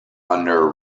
under